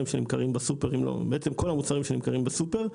או בעצם כל המוצרים הנמכרים בסופר.